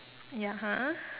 ya !huh!